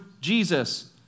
Jesus